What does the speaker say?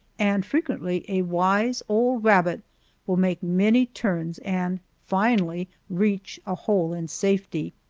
and frequently a wise old rabbit will make many turns and finally reach a hole in safety.